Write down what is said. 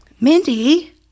Mindy